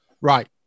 Right